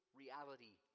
reality